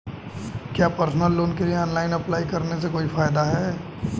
क्या personal loan के लिए ऑनलाइन अप्लाई करने से कोई फायदा है?